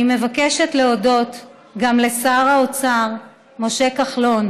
אני מבקשת להודות גם לשר האוצר משה כחלון,